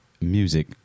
music